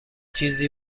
چیزی